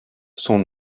sont